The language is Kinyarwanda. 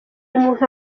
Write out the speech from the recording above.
umuntu